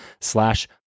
slash